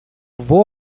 vou